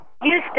Houston